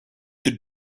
him